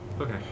Okay